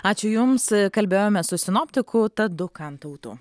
ačiū jums kalbėjome su sinoptiku tadu kantautu